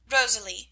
Rosalie